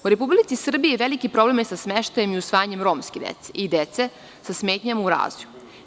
U Republici Srbiji je veliki problem sa smeštajem i usvajanjem romske dece i dece sa smetnjama u razvoju.